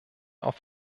auf